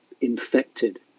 infected